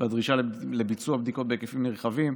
והדרישה לביצוע בדיקות בהיקפים נרחבים,